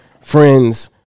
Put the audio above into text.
friends